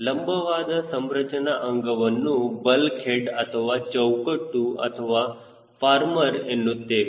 ಲಂಬವಾದ ಸಂರಚನಾ ಅಂಗವನ್ನು ಬಲ್ಕ್ ಹೆಡ್ ಅಥವಾ ಚೌಕಟ್ಟು ಅಥವಾ ಫಾರ್ಮರ್ ಎನ್ನುತ್ತೇವೆ